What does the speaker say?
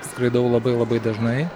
skraidau labai labai dažnai